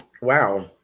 Wow